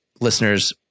listeners